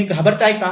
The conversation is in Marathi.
तुम्ही घाबरताय का